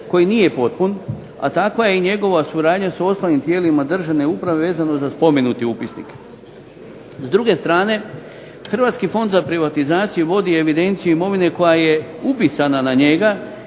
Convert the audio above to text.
koji nije potpun, a takva je i njegova suradnja sa osnovnim tijelima državne uprave vezano za spomenuti upisnik. S druge strane Hrvatski fond za privatizaciju vodi evidenciju imovine koja je upisana na njega